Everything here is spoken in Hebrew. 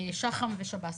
שח"מ בשב"ס.